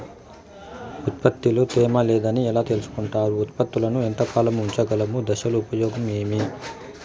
ఉత్పత్తి లో తేమ లేదని ఎలా తెలుసుకొంటారు ఉత్పత్తులను ఎంత కాలము ఉంచగలము దశలు ఉపయోగం ఏమి?